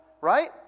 right